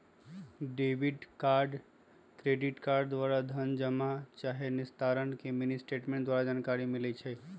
debit चाहे credit card द्वारा धन जमा चाहे निस्तारण के मिनीस्टेटमेंट द्वारा जानकारी मिलइ छै